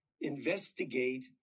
investigate